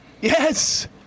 Yes